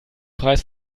preis